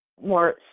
more